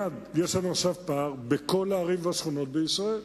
יש לנו עכשיו פער בכל הערים והשכונות בישראל,